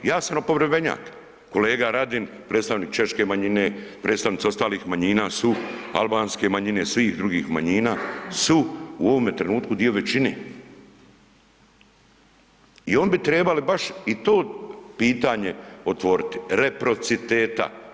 Ja sam oporbenjak, kolega Radin, predstavnik češke manjine, predstavnici ostalih manjina su albanske manjine, svih drugih manjina su u ovome trenutku dio većine i oni bi trebali baš i to pitanje otvoriti reciprociteta.